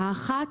האחת,